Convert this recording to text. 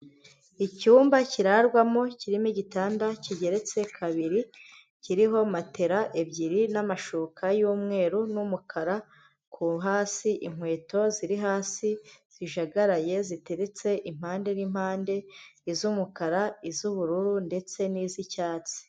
Icyumba kirarwamo kirimo igitanda kigeretse kabiri, kiriho matera ebyiri n'amashuka y'umweru n'umukara, hasi inkweto ziri hasi zijagaraye ziteretse impande n'impande; iz'umukara, iz'ubururu ndetse n'iz'icyatsi.